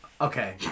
Okay